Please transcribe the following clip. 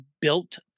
built